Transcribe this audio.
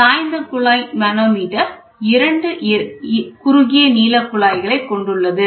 சாய்ந்த குழாய் மனோமீட்டர் இரண்டு குறுகிய நீள குழாய்களை கொண்டுள்ளது